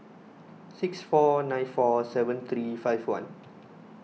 six four nine four seven three five one